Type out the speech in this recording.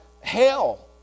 hell